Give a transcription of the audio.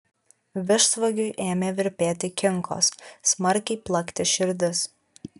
vištvagiui ėmė virpėti kinkos smarkiai plakti širdis